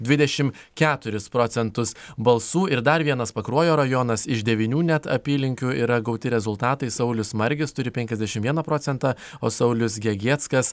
dvidešimt keturis procentus balsų ir dar vienas pakruojo rajonas iš devynių net apylinkių yra gauti rezultatai saulius margis turi penkiasdešimt vieną procentą o saulius gegieckas